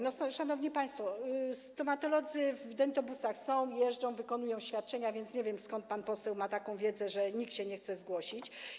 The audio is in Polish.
Proszę państwa, stomatolodzy w dentobusach są, jeżdżą, wykonują świadczenia, więc nie wiem, skąd pan poseł ma taką wiedzę, że nikt się nie chce zgłosić.